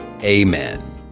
Amen